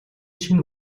шинэ